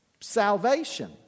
Salvation